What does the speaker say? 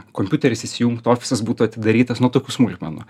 kompiuteris įsijungtų ofisas būtų atidarytas nuo tokių smulkmenų